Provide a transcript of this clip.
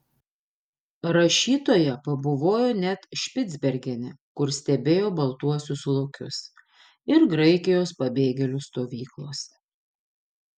rašytoja pabuvojo net špicbergene kur stebėjo baltuosius lokius ir graikijos pabėgėlių stovyklose